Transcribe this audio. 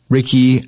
Ricky